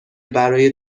برای